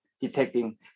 detecting